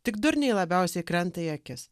tik durniai labiausiai krenta į akis